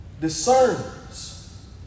discerns